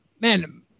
Man